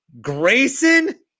Grayson